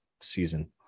season